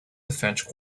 defense